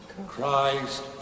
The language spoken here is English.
Christ